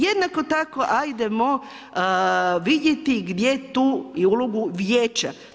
Jednako tako hajdemo vidjeti gdje tu ulogu Vijeća.